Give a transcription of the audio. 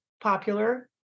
popular